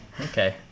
Okay